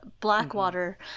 Blackwater